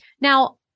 Now